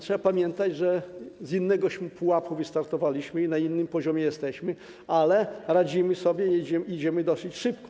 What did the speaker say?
Trzeba pamiętać, że z innego pułapu wystartowaliśmy i na innym poziomie jesteśmy, ale radzimy sobie i idziemy dosyć szybko.